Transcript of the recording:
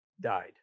died